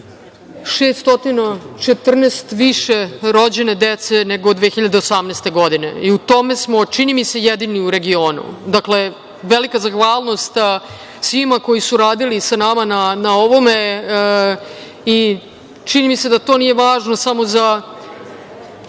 614 više rođene dece nego 2018. godine. U tome smo, čini mi se, jedini u regionu. Dakle, velika zahvalnost svima koji su radili sa nama na ovome i čini mi se da to nije važno samo za…